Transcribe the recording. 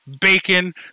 bacon